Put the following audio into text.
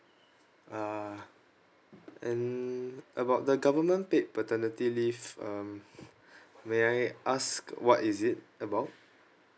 uh and about the government paid paternity leave um may I ask what is it about